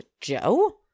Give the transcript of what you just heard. Joe